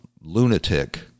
lunatic